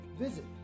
Visit